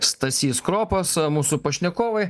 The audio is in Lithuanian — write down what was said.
stasys kropas mūsų pašnekovai